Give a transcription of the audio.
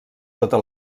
tota